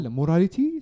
morality